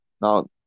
Now